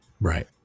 Right